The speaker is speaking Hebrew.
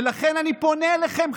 ולכן אני פונה אליכם,